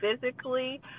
physically